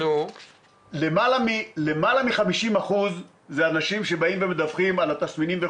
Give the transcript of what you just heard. למעלה מ-50% הם אנשים שבאים ומדווחים על תסמינים.